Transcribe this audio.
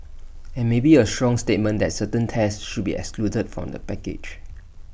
and maybe A strong statement that certain tests should be excluded from the package